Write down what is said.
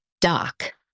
Doc